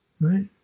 Right